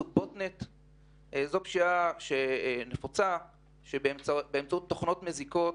מסוג BOTNET. זו פשיעה שבה תוכנה זדונית